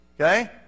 Okay